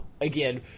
again